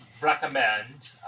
recommend